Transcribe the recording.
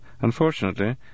Unfortunately